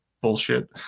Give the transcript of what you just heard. bullshit